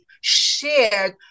shared